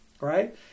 right